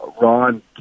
Ron